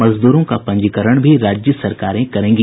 मजदूरों का पंजीकरण भी राज्य सरकारें करेंगी